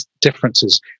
differences